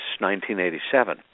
1987